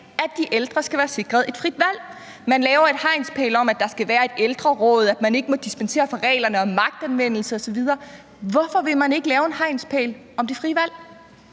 at de ældre skal være sikret et frit valg, ind. Man laver en hegnspæl om, at der skal være et ældreråd, at man ikke må dispensere fra reglerne om magtanvendelse osv. Hvorfor vil man ikke lave en hegnspæl om det frie valg?